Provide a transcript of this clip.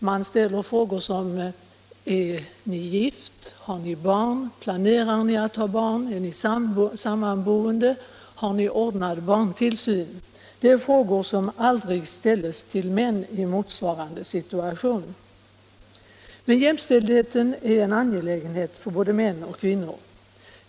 Man ställer frågor som: Är ni gift? Har ni barn? Planerar ni att skaffa barn? Är ni sammanboende? Har ni ordnad barntillsyn? Det är frågor som aldrig ställes till män i motsvarande situation. Men jämställdheten är en angelägenhet för både män och kvinnor.